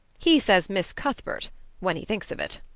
he says miss cuthbert when he thinks of it.